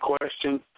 question